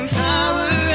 power